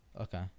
Okay